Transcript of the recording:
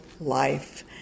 life